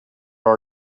our